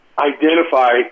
identify